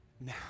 Now